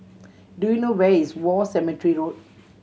do you know where is War Cemetery Road